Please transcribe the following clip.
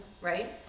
right